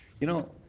you know,